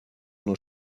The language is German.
nur